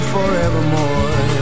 Forevermore